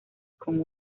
con